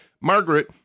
Margaret